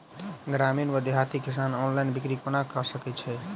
ग्रामीण वा देहाती किसान ऑनलाइन बिक्री कोना कऽ सकै छैथि?